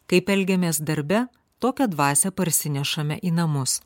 kaip elgiamės darbe tokią dvasią parsinešame į namus